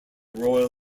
royal